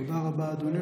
תודה רבה, אדוני.